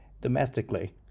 domestically